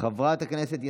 חבר הכנסת ישראל אייכלר,